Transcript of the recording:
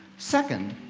second,